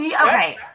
okay